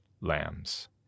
lambs